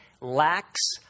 lacks